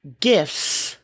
gifts